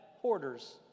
hoarder's